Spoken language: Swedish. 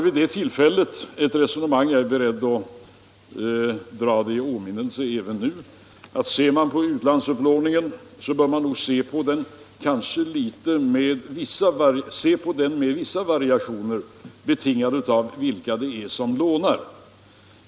Vid det tillfället förde jag resonemanget — jag är beredd att dra det i åminnelse nu — att utlandsupplåningen bör ses med vissa variationer betingade av vilka det är som lånar.